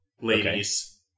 ladies